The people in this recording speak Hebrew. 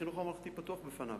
החינוך הממלכתי פתוח בפניו.